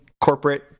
corporate